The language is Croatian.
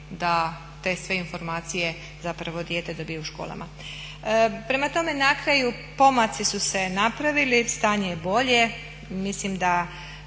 da te sve informacije zapravo dijete dobije u školama. Prema tome, na kraju pomaci su se napravili, stanje je bolje. Mislim da